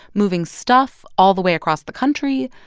moving stuff all the way across the country.